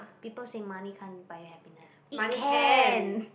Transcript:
people say money can't buy happiness it can